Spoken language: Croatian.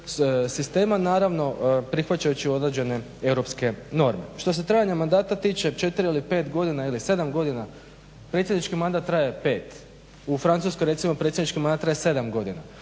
sistema, naravno prihvaćajući određene europske norme. Što se trajanja mandata tiče, 4 ili 5 godina ili 7 godina. Predsjednički mandat traje 5, u Francuskoj recimo predsjednički mandat traje 7 godina.